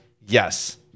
Yes